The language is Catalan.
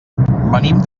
venim